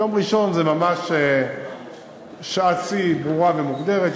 יום ראשון זה ממש שעת שיא ברורה ומוגדרת,